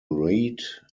reid